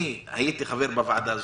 אני הייתי חבר בוועדה הזאת,